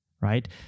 right